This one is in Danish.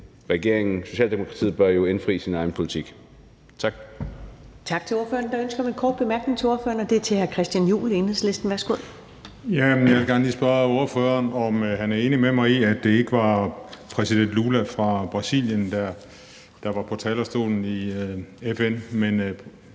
regeringen, Socialdemokratiet, jo bør indfri sin egen politik. Tak. Kl. 15:09 Første næstformand (Karen Ellemann): Tak til ordføreren. Der er ønske om en kort bemærkning til ordføreren, og det er fra hr. Christian Juhl, Enhedslisten. Værsgo. Kl. 15:09 Christian Juhl (EL): Jeg vil gerne lige spørge ordføreren, om han er enig med mig i, at det ikke var præsident Lula fra Brasilien, der var på talerstolen i FN, men